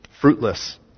fruitless